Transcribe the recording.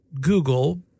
Google